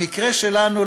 במקרה שלנו,